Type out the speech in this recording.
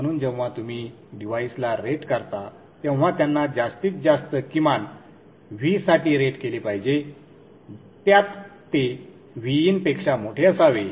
म्हणून जेव्हा तुम्ही डिव्हाइसला रेट करता तेव्हा त्यांना जास्तीत जास्त किमान V साठी रेट केले पाहिजे त्यात ते Vin पेक्षा मोठे असावे